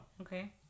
Okay